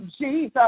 Jesus